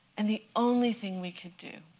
and the only thing we could do